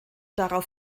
darauf